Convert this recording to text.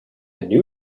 new